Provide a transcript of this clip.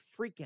freaking